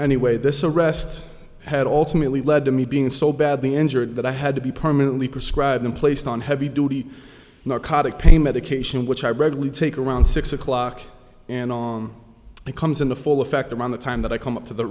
anyway this arrest had alternately led to me being so badly injured that i had to be permanently perscribe been placed on heavy duty narcotic pain medication which i broadly take around six o'clock and on comes in the full effect around the time that i come up to the